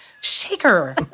shaker